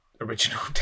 original